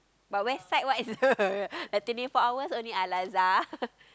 but west side what is the like twenty four hours only Al-Azhar